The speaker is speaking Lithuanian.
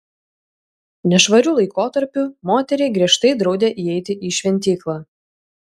nešvariu laikotarpiu moteriai griežtai draudė įeiti į šventyklą